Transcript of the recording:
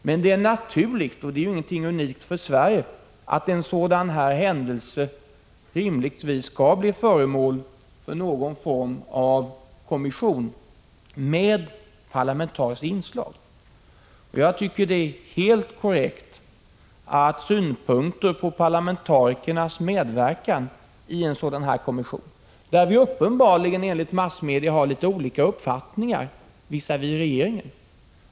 Men det är naturligt, och det är ingenting unikt för Sverige, att en sådan här händelse blir föremål för granskning av något slags kommission med parlamentariskt inslag. Jag tycker att det är korrekt att det förs fram synpunkter på parlamentarikernas medverkan i en sådan kommission, en fråga där vi uppenbarligen enligt massmedia har olika uppfattning visavi regeringen.